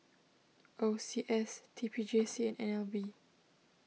O C S T P J C and N L B